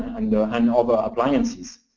and other appliances.